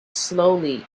slowly